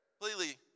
completely